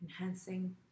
enhancing